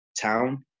town